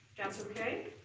that's okay?